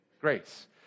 grace